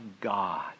God